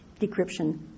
decryption